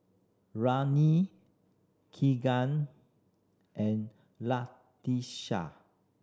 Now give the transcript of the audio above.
Keegan and Latisha